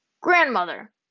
Grandmother